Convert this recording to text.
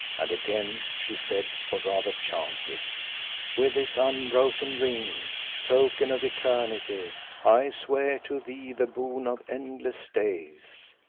and again she said or rather chanted with this unbroken ring, token of eternity, i swear to thee the boon of endless days.